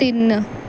ਤਿੰਨ